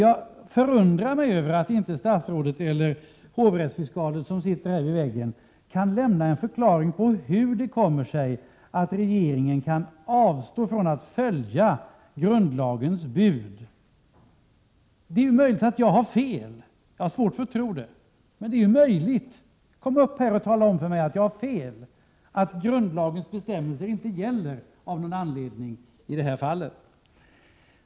Jag förundras över att inte statsrådet eller hovrättsfiskalen som sitter vid väggen vid sidan om honom kan förklara hur det kommer sig att regeringen kan avstå från att följa grundlagens bud. Det är möjligt att jag har fel— jag har svårt att tro det, men det är ändå möjligt. Kom upp i talarstolen och tala om för mig att jag har fel, säg att grundlagens bestämmelser av någon anledning inte gäller i det här fallet!